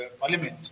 Parliament